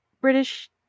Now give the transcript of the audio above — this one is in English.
British